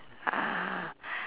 uh